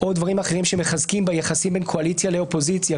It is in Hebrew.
או דברים אחרים שמחזקים ביחסים בין קואליציה לאופוזיציה,